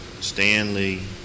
Stanley